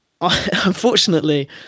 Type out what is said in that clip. unfortunately